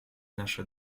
наше